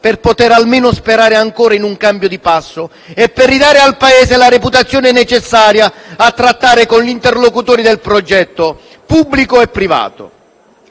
per poter almeno sperare ancora in un cambio di passo e per ridare al Paese la reputazione necessaria a trattare con gli interlocutori del progetto, pubblico e privato.